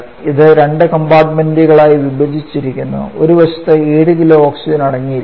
ഇത് രണ്ട് കമ്പാർട്ടുമെന്റുകളായി വിഭജിച്ചിരിക്കുന്നു ഒരു വശത്ത് 7കിലോ ഓക്സിജൻ അടങ്ങിയിരിക്കുന്നു